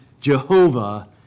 Jehovah